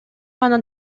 гана